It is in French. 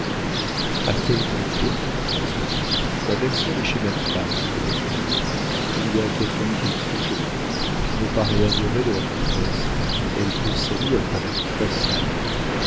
a quel propos dit raoul ma belle-sœur est chez ma femme dit le banquier il y a quelque intrigue sous jeu tu me parais adoré de la comtesse elle te salue à